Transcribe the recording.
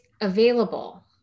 available